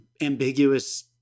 ambiguous